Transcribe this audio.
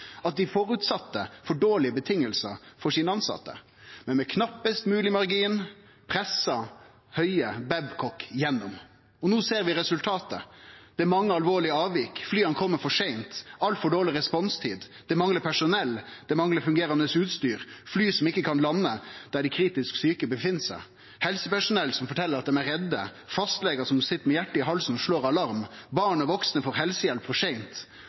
for dei tilsette. Men med knappast mogleg margin pressa helseminister Høie Babcock igjennom. No ser vi resultatet: Det er mange alvorlege avvik, flya kjem for seint, det er altfor dårleg responstid, det manglar personell, det manglar fungerande utstyr, det er fly som ikkje kan lande der dei kritisk sjuke er, det er helsepersonell som fortel at dei er redde, det er fastlegar som sit med hjartet i halsen og slår alarm, det er barn og vaksne som får helsehjelp for seint,